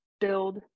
build